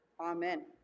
Amen